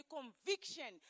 conviction